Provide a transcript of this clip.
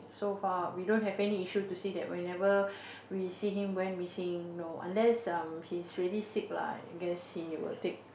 so far we don't have any issue to say that whenever we see him went missing no unless um he is really sick lah I guess he will take